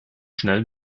schnell